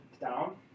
down